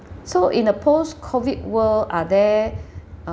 so in a post COVID world are there